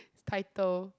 title